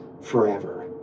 forever